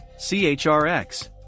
CHRX